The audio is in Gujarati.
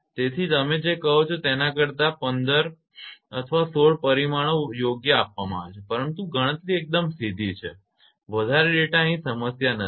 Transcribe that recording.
તેથી તમે જે કહો છો તેના કરતા 9 10 વધુ 15 અથવા 16 પરિમાણો યોગ્ય આપવામાં આવે છે પરંતુ ગણતરીઓ સીધી જ છે વધારે ડેટા અહીં સમસ્યા નથી